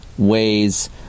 Ways